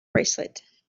bracelet